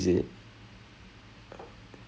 I took it as a U_E ya